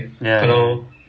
ya